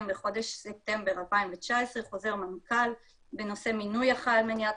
בחודש ספטמבר 2019 חוזר מנכ"ל בנושא מינוי אחראי על מניעת